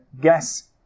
guess